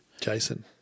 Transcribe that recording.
Jason